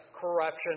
corruption